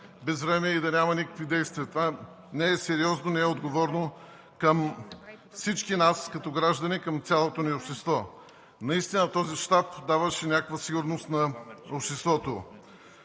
безвремие и да няма никакви действия? Това не е сериозно, не е отговорно към всички нас като граждани, към цялото ни общество. Наистина този щаб даваше някаква сигурност на обществото.